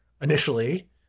initially